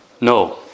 No